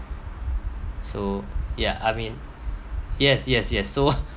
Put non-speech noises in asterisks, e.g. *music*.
so yeah I mean yes yes yes so *laughs*